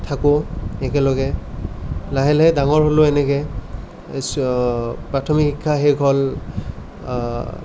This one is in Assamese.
থাকোঁ একেলগে লাহে লাহে ডাঙৰ হ'লোঁ এনেকৈ প্ৰাথমিক শিক্ষা শেষ হ'ল